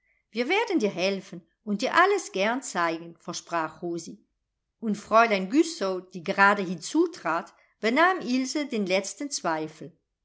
wir werden dir helfen und dir alles gern zeigen versprach rosi und fräulein güssow die grade hinzutrat benahm ilse den letzten zweifel